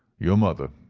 your mother.